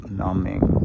numbing